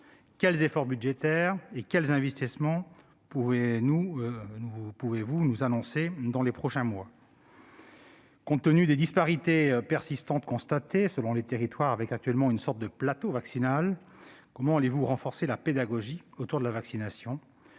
Quels efforts budgétaires et quels investissements pouvez-vous annoncer pour les prochains mois ? Compte tenu des disparités persistantes constatées selon les territoires, avec actuellement une sorte de « plateau vaccinal », comment allez-vous renforcer la pédagogie autour de la vaccination ?